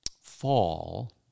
fall